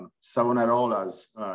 Savonarola's